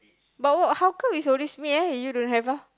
but what how come is always me eh you don't have ah